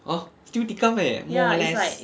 !huh! still tikam leh more less